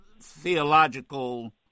theological